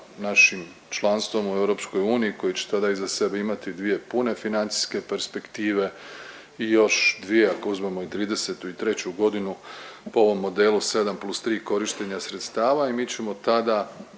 našim članstvom u EU koji će tada iza sebe imati dvije pune financijske perspektive i još dvije ako uzmemo i '33.g. po ovom modelu 7 + 3 korištenja sredstva i mi ćemo tada